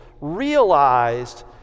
realized